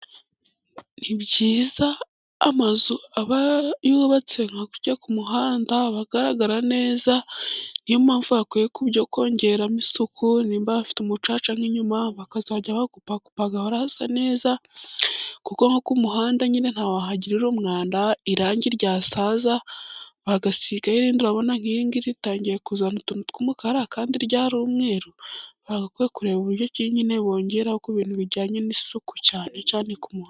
Ni byiza amazu aba yubatse nka gutya ku muhanda aba agaragara neza, niyo mpamvu bakwiye byo kongeramo isuku. Niba bafite umucaca n'inyuma bakazajya bakupakupa, hagahora hasa neza, kuko nko ku muhanda nyine ntawahagirira umwanda. Irangi ryasaza bagasigaho irindi, urabona nkiri ngiri ritangiye kuzana utuntu tw'umukara, kandi ryari umweru. Bagakwiye kureba uburyo tu nyine bongera ku bintu bijyanye n'isuku, cyane cyane ku muntu.